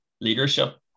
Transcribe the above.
leadership